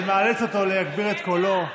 זה מאלץ אותו להגביר את קולו.